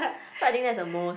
so I think that's the most